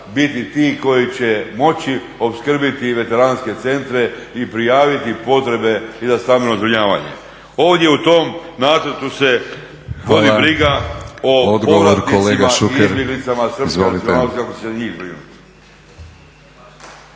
biti ti koji će moći opskrbiti veteranske centre i prijaviti potrebe i za stambeno zbrinjavanje. Ovdje u tom nacrtu se vodi briga o povratnicima i izbjeglicama srpske nacionalnosti, kako će njih zbrinuti.